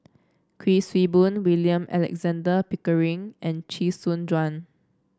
Kuik Swee Boon William Alexander Pickering and Chee Soon Juan